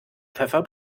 pfeffer